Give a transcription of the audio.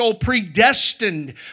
predestined